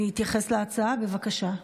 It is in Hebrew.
להתייחס להצעה, בבקשה.